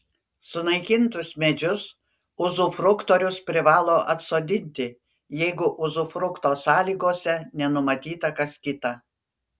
sunaikintus medžius uzufruktorius privalo atsodinti jeigu uzufrukto sąlygose nenumatyta kas kita